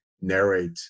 narrate